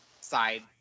side